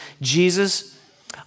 Jesus